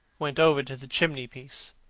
went over to the chimney-piece.